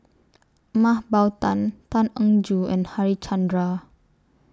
Mah Bow Tan Tan Eng Joo and Harichandra